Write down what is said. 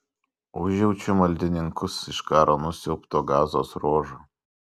užjaučiu maldininkus iš karo nusiaubto gazos ruožo